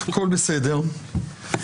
הכול בסדר.